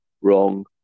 wrong